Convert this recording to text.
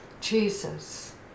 Jesus